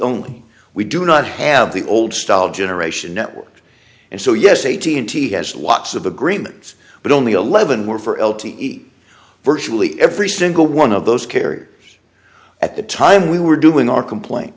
only we do not have the old style generation network and so yes a t and t has lots of agreements but only eleven were for l t e virtually every single one of those carriers at the time we were doing our complain